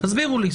הסבירו לי.